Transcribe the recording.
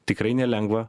tikrai nelengva